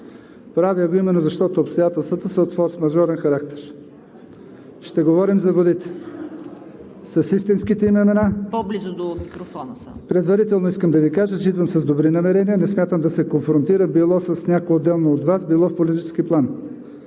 Правя го именно защото обстоятелствата са от форсмажорен характер. Ще говорим за водите с истинските им имена. Предварително искам да Ви кажа, че идвам с добри намерения, не смятам да се конфронтирам, било по отделно с някой от Вас, било в политически план.